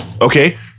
Okay